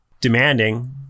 demanding